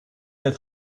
net